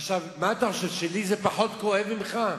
עכשיו, מה אתה חושב, שלי זה פחות כואב מאשר לך?